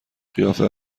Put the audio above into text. قیافه